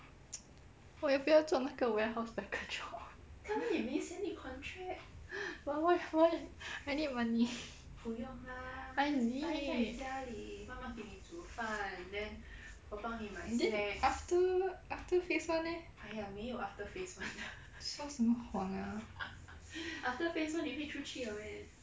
我要不要做那个 house packer job why why I need money I need then after phase one eh 说什么谎啊